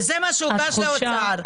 וזה מה שהוגש לאוצר.